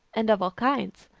and of all kinds.